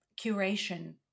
curation